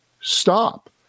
stop